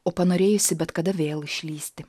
o panorėjusi bet kada vėl išlįsti